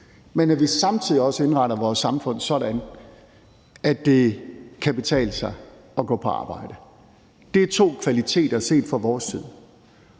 men hvor vi samtidig også indretter vores samfund sådan, at det kan betale sig at gå på arbejde. Det er to kvaliteter set fra vores side.